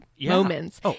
moments